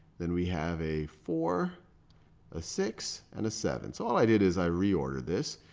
then we have a four, a six, and a seven. so all i did is i reordered this.